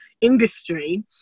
industry